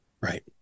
Right